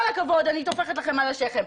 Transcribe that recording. כל הכבוד, אני טופחת לכם על השכם.